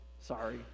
Sorry